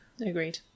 agreed